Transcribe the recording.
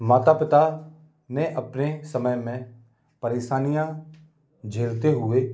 माता पिता ने अपने समय में परेशानियाँ झेलते हुए